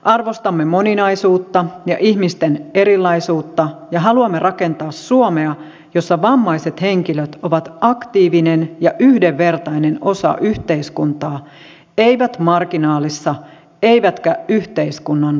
arvostamme moninaisuutta ja ihmisten erilaisuutta ja haluamme rakentaa suomea jossa vammaiset henkilöt ovat aktiivinen ja yhdenvertainen osa yhteiskuntaa eivät marginaalissa eivätkä yhteiskunnan reunoilla